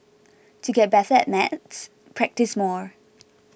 to get better at maths practise more